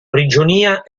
prigionia